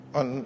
on